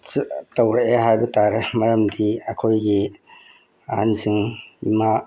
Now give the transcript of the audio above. ꯇꯧꯔꯛꯑꯦ ꯍꯥꯏꯕꯇꯥꯔꯦ ꯃꯔꯝꯗꯤ ꯑꯩꯈꯣꯏꯒꯤ ꯑꯍꯟꯁꯤꯡ ꯏꯃꯥ